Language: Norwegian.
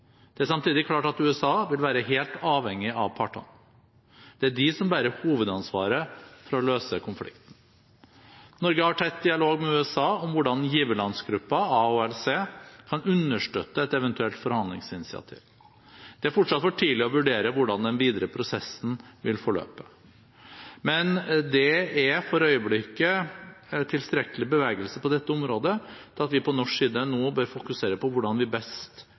Det er samtidig klart at USA vil være helt avhengig av partene. Det er de som bærer hovedansvaret for å løse konflikten. Norge har tett dialog med USA om hvordan giverlandsgruppen, AHLC, kan understøtte et eventuelt forhandlingsinitiativ. Det er fortsatt for tidlig å vurdere hvordan den videre prosessen vil forløpe, men det er for øyeblikket tilstrekkelig bevegelse på dette området til at vi på norsk side nå bør fokusere på hvordan vi best